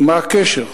מה הקשר?